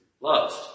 loved